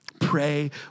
Pray